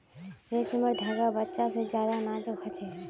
रेसमर धागा बच्चा से ज्यादा नाजुक हो छे